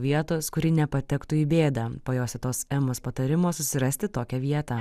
vietos kur ji nepatektų į bėdą po jos tetos emos patarimo susirasti tokią vietą